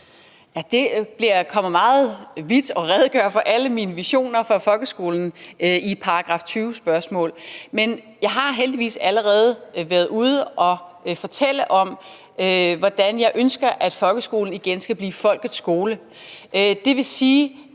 Det vil føre for vidt at skulle redegøre for alle mine visioner for folkeskolen i et § 20-spørgsmål. Men jeg har heldigvis allerede været ude at fortælle om, at jeg ønsker, at folkeskolen igen skal blive folkets skole.